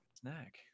snack